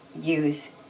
use